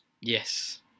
yes